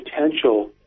potential